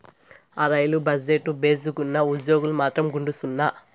ఆ, రైలు బజెట్టు భేసుగ్గున్నా, ఉజ్జోగాలు మాత్రం గుండుసున్నా